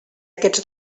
aquests